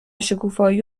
شکوفایی